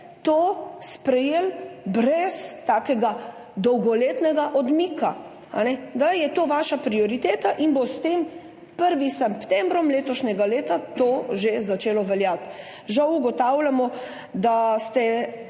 to sprejeli brez takega dolgoletnega odmika, da je to vaša prioriteta in bo s tem 1. septembrom letošnjega leta to že začelo veljati. Žal ugotavljamo, da ste